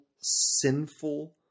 sinful